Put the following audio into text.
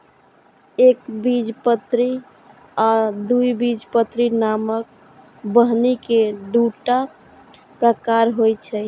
एकबीजपत्री आ द्विबीजपत्री नामक बीहनि के दूटा प्रकार होइ छै